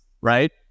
right